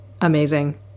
amazing